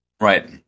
Right